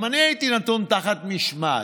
גם אני הייתי נתון תחת משמעת,